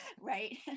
right